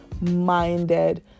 minded